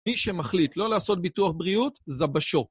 מי שמחליט לא לעשות ביטוח בריאות, זבש"ו.